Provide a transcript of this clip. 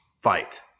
fight